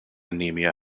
anemia